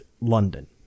London